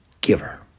giver